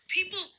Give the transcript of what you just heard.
People